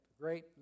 great